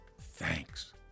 thanks